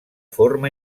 forma